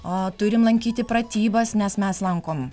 o turim lankyti pratybas nes mes lankom